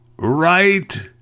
Right